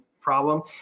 problem